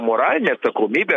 moralinė atsakomybė